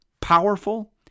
powerful